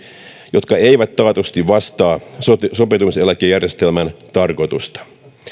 jotka eivät taatusti vastaa sopeutumiseläkejärjestelmän tarkoitusta